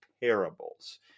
parables